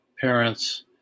parent's